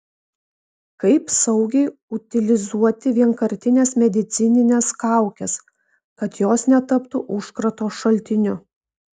kaip saugiai utilizuoti vienkartines medicinines kaukes kad jos netaptų užkrato šaltiniu